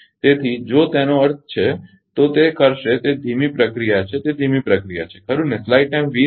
તેથી જો તેનો અર્થ છે તો તે કરશે તે ધીમી પ્રક્રિયા છે તે ધીમી પ્રક્રિયા છે ખરુ ને